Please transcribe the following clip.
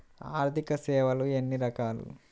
ఆర్థిక సేవలు ఎన్ని రకాలు?